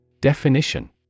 Definition